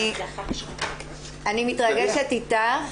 אני מתרגשת איתך.